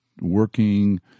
working